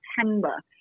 September